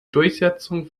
durchsetzung